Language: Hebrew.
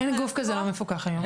אין גוף כזה לא מפוקח היום.